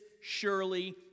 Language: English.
surely